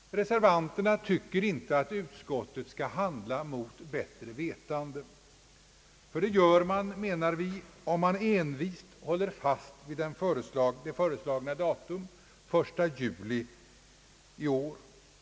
Reservanterna tycker inte att utskottet skall handla mot bättre vetande, och det gör man, menar vi, om man envist håller fast vid det föreslagna datum, den 1 juli i år.